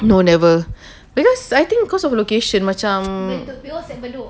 no never because I think because of location macam